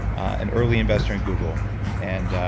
an early investor in google and